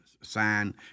sign